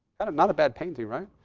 and not a bad painting, right?